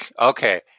Okay